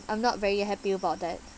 I'm not very happy about that